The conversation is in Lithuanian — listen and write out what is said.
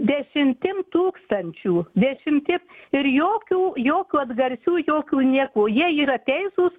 dešimtim tūkstančių dešimtim ir jokių jokių atgarsių jokių nieko jie yra teisūs